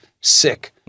sick